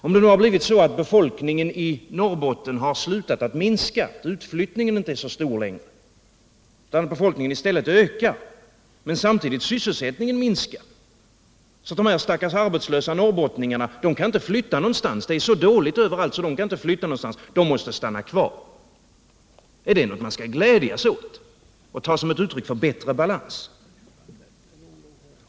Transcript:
Om det nu har blivit så att befolkningen i Norrbotten har slutat att minska, om utflyttningen inte är så stor längre utan befolkningen i stället ökar men samtidigt sysselsättningen minskar — om det är så dåligt överallt att de stackars arbetslösa norrbottningarna inte kan flytta någonstans utan måste stanna kvar — är det något man skall glädja sig åt och ta som ett uttryck för bättre balans?